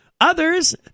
Others